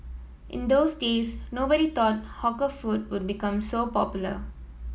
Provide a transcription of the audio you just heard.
in those days nobody thought hawker food would become so popular